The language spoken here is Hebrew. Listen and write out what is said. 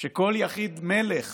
שכל יחיד מלך